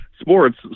sports